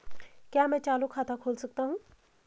क्या मैं चालू खाता खोल सकता हूँ?